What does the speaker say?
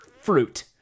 fruit